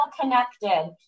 connected